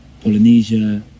Polynesia